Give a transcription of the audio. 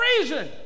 reason